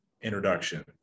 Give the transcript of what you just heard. introduction